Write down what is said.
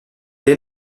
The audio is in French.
est